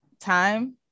time